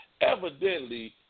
evidently